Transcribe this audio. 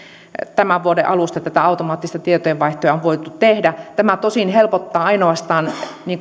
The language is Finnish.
tämän vuoden alusta automaattista tietojenvaihtoa on voitu tehdä tämä tosin helpottaa ainoastaan